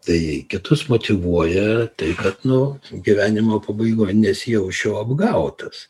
tai kitus motyvuoja tai kad nu gyvenimo pabaigoj nesijausčiau apgautas